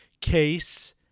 Case